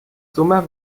sommer